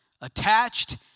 attached